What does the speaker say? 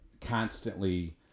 constantly